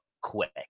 quick